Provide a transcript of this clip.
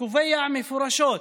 שקובע מפורשות: